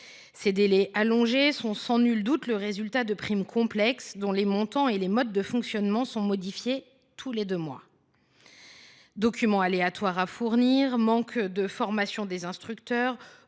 Ces délais allongés sont sans nul doute le résultat de primes complexes, dont les montants et les modes d’attribution sont modifiés tous les deux mois. Documents aléatoires à fournir, manque de formation des instructeurs,